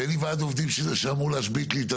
שאין לי ועד עובדים שאמור להשבית לי,